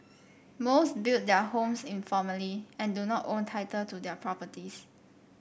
most built their homes informally and do not own title to their properties